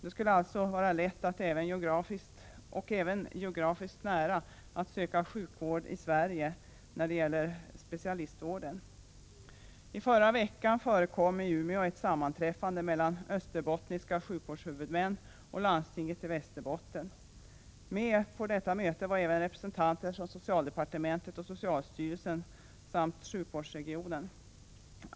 Det skulle alltså vara lätt och även geografiskt nära att söka specialistsjukvård i Sverige. I förra veckan förekom i Umeå ett sammanträffande mellan de Österbottniska sjukvårdshuvudmännen och landstinget i Västerbotten. Med på detta möte var även representanter från socialdepartementet och socialstyrelsen samt sjukvårdsregionen.